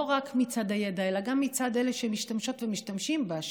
לא רק מצד הידע אלא גם מצד אלה שמשתמשות ומשתמשים בה,